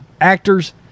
actors